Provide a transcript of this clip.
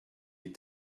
les